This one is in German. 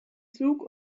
zug